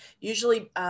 usually